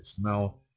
Now